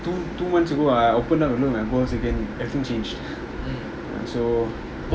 two two months ago I open and look at my goals again everything changed ya so